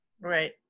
Right